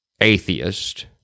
atheist